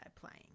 playing